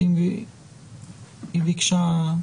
היא ביקשה.